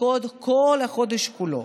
כל החודש כולו.